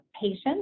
patients